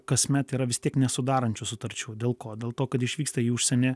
kasmet yra vis tiek nesudarančių sutarčių dėl ko dėl to kad išvyksta į užsienį